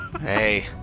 Hey